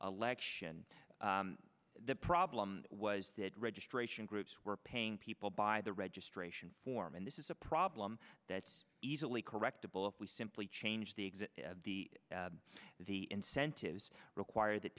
election the problem was that registration groups were paying people by the registration form and this is a problem that's easily correctable if we simply change the exit the incentives require that